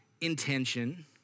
intention